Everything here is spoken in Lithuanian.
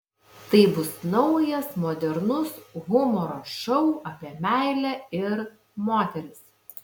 tai bus naujas modernus humoro šou apie meilę ir moteris